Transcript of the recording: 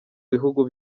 bihugu